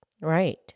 Right